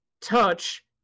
touch